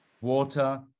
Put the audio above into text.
water